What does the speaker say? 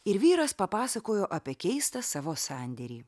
ir vyras papasakojo apie keistą savo sandėrį